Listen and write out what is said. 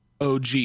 OG